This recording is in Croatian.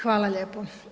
Hvala lijepo.